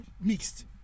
mixed